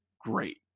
great